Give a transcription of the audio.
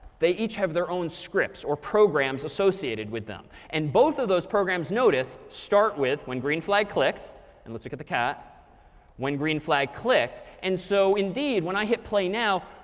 they each have their own scripts or programs associated with them. and both of those programs, notice, start with when green flag clicked and let's look at the cat when green flag clicked. and so indeed, when i hit play now,